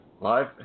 Live